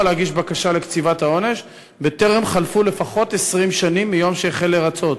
להגיש בקשה לקציבת העונש בטרם חלפו לפחות 20 שנים מהיום שהחל לרצות.